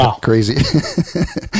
crazy